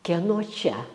kieno čia